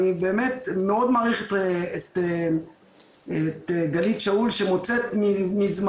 באמת שאני מאוד מעריך את גלית שאול שמוצאת מזמנה,